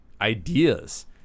ideas